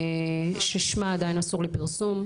ששמה עדיין אסור לפרסום,